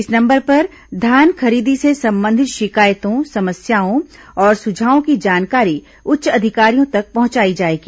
इस नंबर पर धान खरीदी से संबंधित शिकायतों समस्याओं और सुझावों की जानकारी उच्च अधिकारियों तक पहुंचाई जाएगी